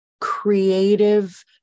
creative